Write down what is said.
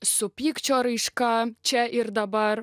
su pykčio raiška čia ir dabar